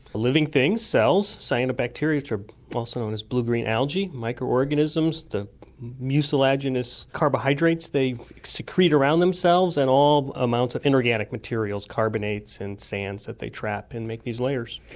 living things, cells, cyanobacteria, which are also known as blue-green algae, micro-organisms, the mucilaginous carbohydrates they secrete around themselves, and all amounts of inorganic materials, carbonates and sands that they trap and make these layers.